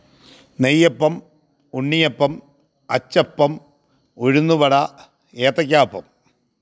നെയ്യപ്പം unniyappam achappam uzhunnuvada ഏത്തയ്ക്കാപ്പം